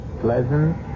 pleasant